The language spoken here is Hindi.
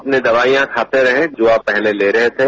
अपनी दवाइयां खाते रहें जो आप पहले ले रहे थे